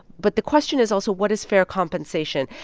but the question is also, what is fair compensation?